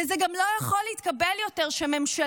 וזה גם לא יכול להתקבל יותר שהממשלה,